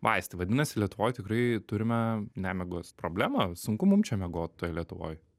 vaistai vadinasi lietuvoj tikrai turime nemigos problemą sunku mum čia miegot toj lietuvoj